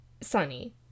Sunny